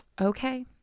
Okay